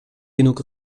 genug